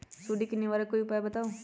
सुडी से निवारक कोई उपाय बताऊँ?